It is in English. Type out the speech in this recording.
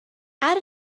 add